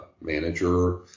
manager